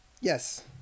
Yes